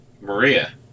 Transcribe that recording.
Maria